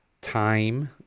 time